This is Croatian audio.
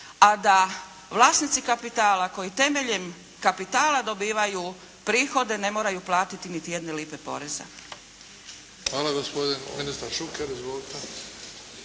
a da vlasnici kapitala koji temeljem kapitala dobivaju prihode, ne moraju platiti niti jedne lipe poreza?